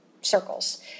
circles